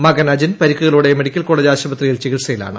മകൻ അജിൻ പരിക്കുകളോടെ medical college ആശുപത്രിയിൽ ചികിൽസയിലാണ്